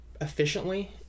efficiently